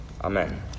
Amen